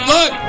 Look